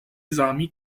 esami